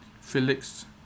Felix